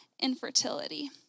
Infertility